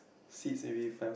seat and we fells